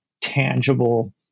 tangible